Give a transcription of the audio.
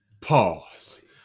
pause